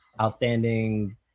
outstanding